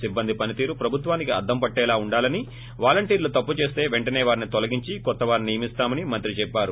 సిబ్బంది పనితీరు ప్రభుత్వానికి అద్దం పట్టేలా ఉండాలని వాలంటీర్లు తప్పు చేస్తే వెంటనే వారిని తొలగించి కొత్త వారిని నియమిసామని మంత్రి చెప్పారు